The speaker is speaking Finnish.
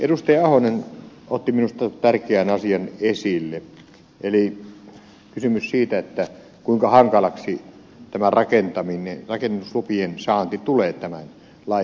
ahonen otti minusta tärkeän asian esille eli kysymyksen siitä kuinka hankalaksi tämä rakennuslupien saanti tulee tämän lain seurauksena